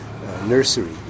Nursery